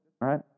right